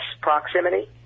proximity